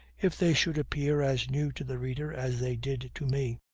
if they should appear as new to the reader as they did to me,